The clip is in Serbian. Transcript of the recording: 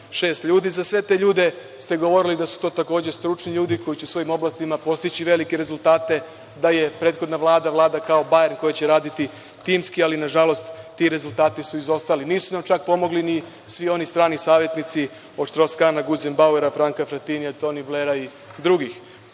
šest ljudi.Za sve te ljude ste govorili da su to takođe stručni ljudi koji će u svojim oblastima postići velike rezultate, da je prethodna Vlada Vlada kao „Bajern“, koja će raditi timski, ali nažalost, ti rezultati su izostali. Nisu nam čak pomogli ni svi oni strani savetnici, od Štroskana, Guzenbauera, Franka Fratinija, Toni Blera i drugih. Pitam